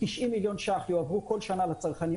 90 מיליון שקלים יועברו כל שנה לצרכנים.